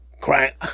Crank